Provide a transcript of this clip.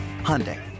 Hyundai